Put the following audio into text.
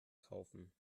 kaufen